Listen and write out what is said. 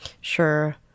sure